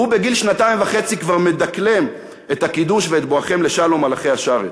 בגיל שנתיים וחצי כבר מדקלם את הקידוש ואת "בואכם לשלום מלאכי השרת".